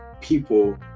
people